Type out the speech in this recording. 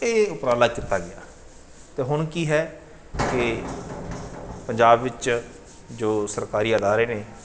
ਅਤੇ ਇਹ ਉਪਰਾਲਾ ਕੀਤਾ ਗਿਆ ਅਤੇ ਹੁਣ ਕੀ ਹੈ ਕਿ ਪੰਜਾਬ ਵਿੱਚ ਜੋ ਸਰਕਾਰੀ ਅਦਾਰੇ ਨੇ